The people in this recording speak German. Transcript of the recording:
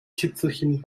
tüpfelchen